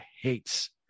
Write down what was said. hates